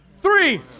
three